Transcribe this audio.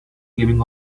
giving